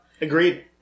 Agreed